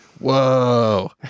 Whoa